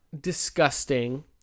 disgusting